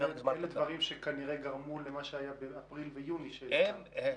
אלה דברים שכנראה גרמו למה שהיה באפריל ויוני שהזכרתם.